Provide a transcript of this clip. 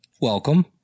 welcome